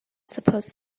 supposed